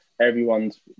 everyone's